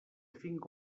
finca